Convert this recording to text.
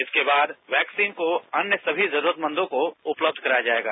इसके बाद वैक्सीन को अन्य सभी जरूरतमंदों को उपलब्ध कराया जाएगा